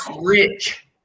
rich